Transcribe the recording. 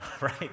right